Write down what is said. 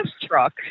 truck